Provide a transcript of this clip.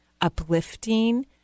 uplifting